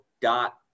dot